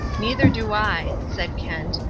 neither do i, said kent,